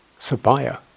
Sabaya